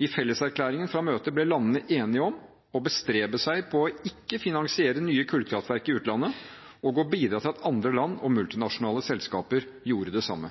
I felleserklæringen fra møtet ble landene enige om å bestrebe seg på ikke å finansiere nye kullkraftverk i utlandet og å bidra til at andre land og multinasjonale selskaper gjorde det samme.